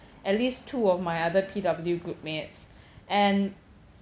at least two of my other P_W groupmates and